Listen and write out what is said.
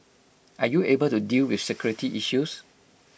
are you able to deal with security issues